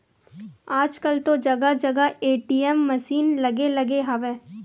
आजकल तो जगा जगा ए.टी.एम मसीन लगे लगे हवय